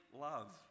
love